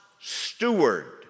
steward